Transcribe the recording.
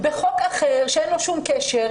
בחוק אחר שאין לו שום קשר.